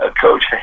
Coach